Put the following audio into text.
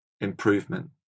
improvement